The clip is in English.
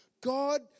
God